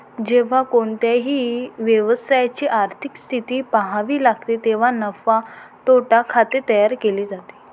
जेव्हा कोणत्याही व्यवसायाची आर्थिक स्थिती पहावी लागते तेव्हा नफा तोटा खाते तयार केले जाते